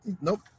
nope